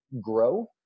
grow